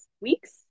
Weeks